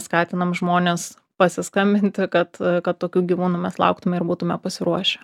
skatinam žmones pasiskambinti kad kad tokių gyvūnų mes lauktume ir būtume pasiruošę